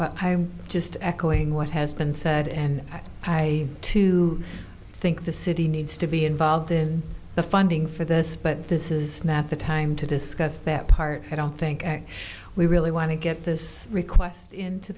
please i'm just echoing what has been said and try to think the city needs to be involved in the funding for this but this is not the time to discuss that part i don't think and we really want to get this request into